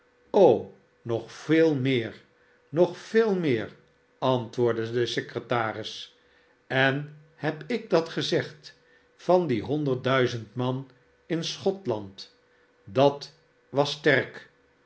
nog veel meer nog veel meer antwoordde de secretaris en heb ik dat gezegd van die honderd duizend man in schotland dat was sterk